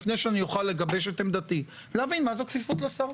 לפני שאוכל לגבש את עמדתי להבין מה זה כפיפות לשר?